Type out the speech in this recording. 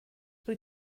rwyt